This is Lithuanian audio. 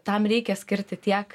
tam reikia skirti tiek